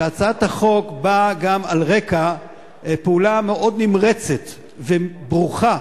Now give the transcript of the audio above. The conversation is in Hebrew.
שהצעת החוק באה גם על רקע פעולה מאוד נמרצת וברוכה